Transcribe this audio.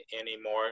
anymore